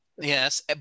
Yes